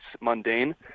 mundane